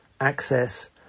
access